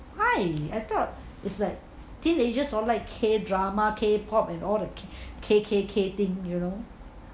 why I thought is like teenagers all like K drama K-pop and all the K K K thing you know